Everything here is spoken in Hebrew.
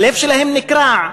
הלב שלהם נקרע.